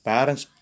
Parents